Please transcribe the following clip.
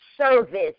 service